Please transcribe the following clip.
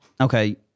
Okay